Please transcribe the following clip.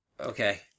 Okay